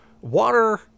Water